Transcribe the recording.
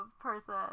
person